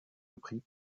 repris